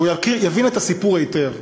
והוא יבין את הסיפור היטב.